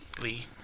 Lee